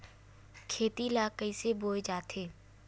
खेती ला कइसे बोय जाथे?